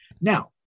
Now